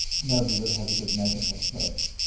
nobody really has a good measurement of,